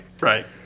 Right